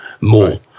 more